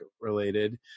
related